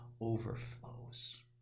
overflows